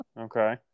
okay